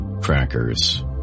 crackers